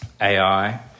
AI